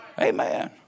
Amen